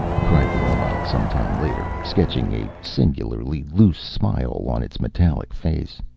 cried the robot, some time later, sketching a singularly loose smile on its metallic face.